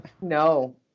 no